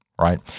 right